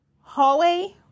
hallway